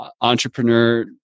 entrepreneur